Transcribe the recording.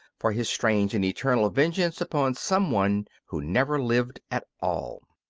for his strange and eternal vengeance upon some one who never lived at all.